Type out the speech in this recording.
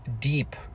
deep